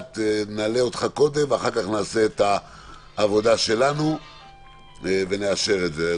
נעלה אותו קודם ואחר כך נעשה את העבודה שלנו ונאשר את זה.